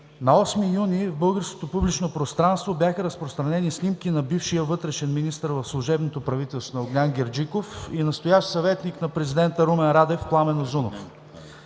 На 8 юни в българското публично пространство бяха разпространени снимки на бившия вътрешен министър в служебното правителство на Огнян Герджиков и настоящ съветник на президента Румен Радев, Пламен Узунов.